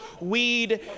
weed